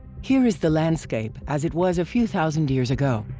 here is the landscape as it was a few thousand years ago.